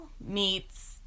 meets